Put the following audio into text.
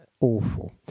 Awful